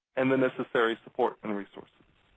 and the necessary support and resources?